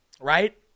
right